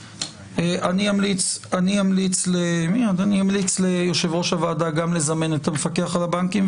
אני אמליץ ליושב ראש הוועדה גם לזמן את המפקח על הבנקים,